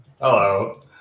hello